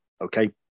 okay